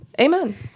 amen